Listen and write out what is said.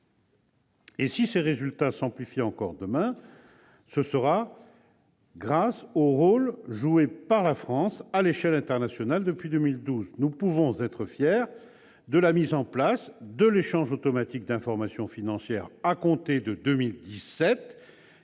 si ces résultats s'amplifient encore demain, ce sera grâce au rôle joué par la France à l'échelle internationale depuis 2012. Nous pouvons être fiers de la mise en place de l'échange automatique d'informations financières à compter de 2017,